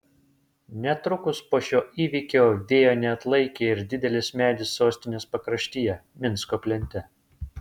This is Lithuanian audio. netrukus po šio įvykio vėjo neatlaikė ir didelis medis sostinės pakraštyje minsko plente